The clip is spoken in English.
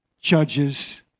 judges